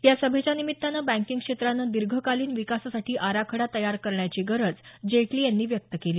या सभेच्या निमित्तानं बँकिंग क्षेत्रानं दीर्घकालीन विकासासाठी आराखडा तयार करण्याची गरज जेटली यांनी व्यक्त केली